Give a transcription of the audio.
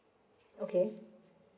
okay